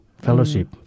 fellowship